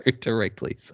directly